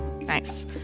Nice